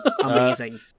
amazing